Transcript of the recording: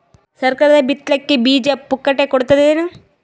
ಸರಕಾರ ಬಿತ್ ಲಿಕ್ಕೆ ಬೀಜ ಪುಕ್ಕಟೆ ಕೊಡತದೇನು?